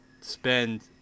spend